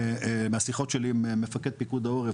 מהשיחות שלי עם מפקד פיקוד העורף,